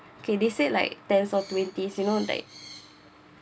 okay they said like tens or twenties you know like